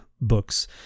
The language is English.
books